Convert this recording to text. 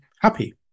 happy